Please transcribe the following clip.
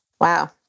Wow